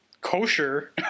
kosher